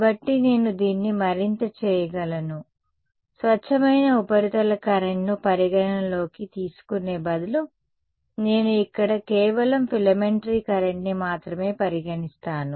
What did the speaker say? కాబట్టి నేను దీన్ని మరింత చేయగలను స్వచ్ఛమైన ఉపరితల కరెంట్ను పరిగణనలోకి తీసుకునే బదులు నేను ఇక్కడ కేవలం ఫిలమెంటరీ కరెంట్ని మాత్రమే పరిగణిస్తాను